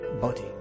body